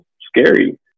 scary